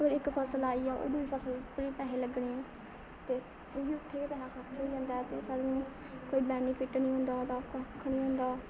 इक फसल आई आ ओह् दूई फसल उप्पर बी पैहे लग्गने ते ओह्बी उ'त्थें गै पैहा खर्च होई जंदा ऐ ते कोई बेनिफिट निं होंदा ओह्दा कक्ख निं होंदा